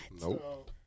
nope